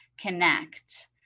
connect